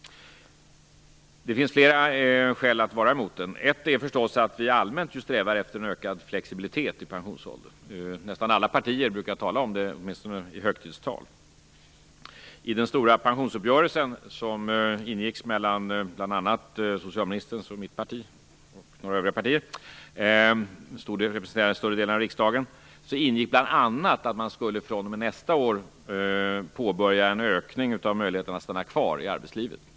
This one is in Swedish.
Det finns flera skäl att vara emot den. Ett är förstås att vi allmänt strävar efter en ökad flexibilitet i pensionsåldern. Nästan alla partier brukar tala om det, åtminstone i högtidstal. I den stora pensionsuppgörelsen som ingicks mellan bl.a. socialministerns parti, mitt parti och några övriga partier, som representerade en stor del av riksdagen, ingick bl.a. att man fr.o.m. nästa år skulle påbörja en ökning av möjligheterna att stanna kvar i arbetslivet.